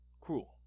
Cruel